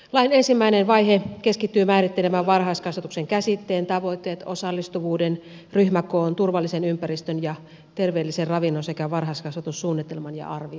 lain ensimmäinen vaihe keskittyy määrittelemään varhaiskasvatuksen käsitteen tavoitteet osallistuvuuden ryhmäkoon turvallisen ympäristön ja terveellisen ravinnon sekä varhaiskasvatussuunnitelman ja arvioinnin